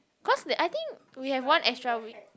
cause that I think we have one extra week